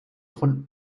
von